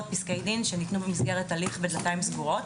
או פסקי דין שניתנו במסגרת הליך בדלתיים סגורות.